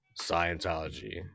Scientology